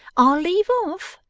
i'll leave off.